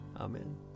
Amen